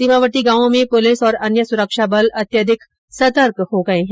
सीमावर्ती गांवों में पुलिस और अन्य सुरक्षाबल अत्यधिक सतर्क हो गये हैं